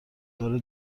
داره